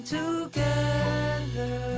together